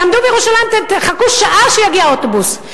תעמדו בירושלים, תחכו שעה שיגיע אוטובוס.